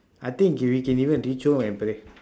I think we can even reach home and pray